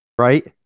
right